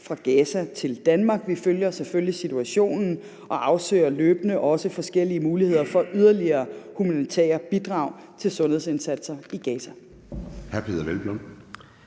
fra Gaza til Danmark. Vi følger selvfølgelig situationen og afsøger løbende også forskellige muligheder for yderligere humanitære bidrag til sundhedsindsatser i Gaza.